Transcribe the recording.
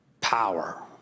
power